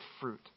fruit